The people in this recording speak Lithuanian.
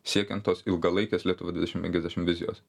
siekiant tos ilgalaikės lietuva dvidešim penkiasdešim vizijos